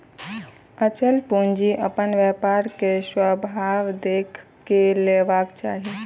अचल पूंजी अपन व्यापार के स्वभाव देख के लेबाक चाही